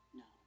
no